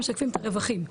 הם משקפים את הרווחים.